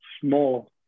small